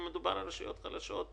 אם מדובר על רשויות חלשות,